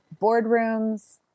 boardrooms